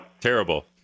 Terrible